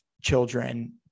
children